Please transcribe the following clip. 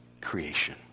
creation